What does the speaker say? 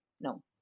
No